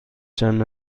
چند